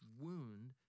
wound